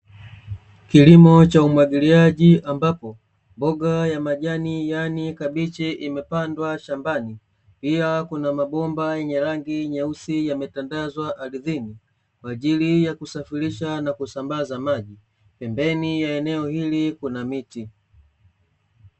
Kilimo cha umwagiliaji ambapo, mboga ya majani yaani kabichi imepandwa shambani, pia kuna mabomba yenye rangi nyeusi yametandazwa ardhini, kwa ajili ya kusafirisha na kusambaza maji. Pembeni ya eneo hili kuna miti.